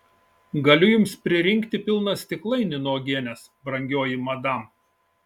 galiu jums pririnkti pilną stiklainį nuo uogienės brangioji madam